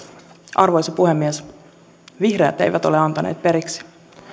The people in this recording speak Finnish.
arvoisa puhemies vihreät eivät ole antaneet periksi